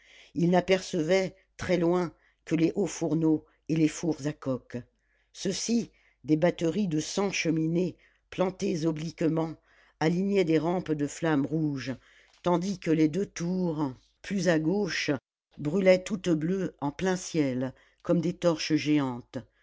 il n'apercevait très loin que les hauts fourneaux et les fours à coke ceux-ci des batteries de cent cheminées plantées obliquement alignaient des rampes de flammes rouges tandis que les deux tours plus à gauche brûlaient toutes bleues en plein ciel comme des torches géantes